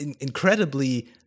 incredibly